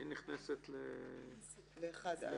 היא נכנסת ל-(1א).